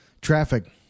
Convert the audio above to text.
traffic